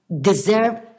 deserve